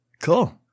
Cool